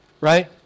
Right